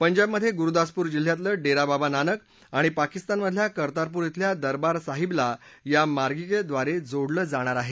पंजाबमध्ये गुरुदासपूर जिल्ह्यातलं डेरा बाबा नानक आणि पाकिस्तानमधल्या कर्तारपूर इथल्या दरबार साहिबला या मार्गिकेद्वारे जोडलं जाणार आहे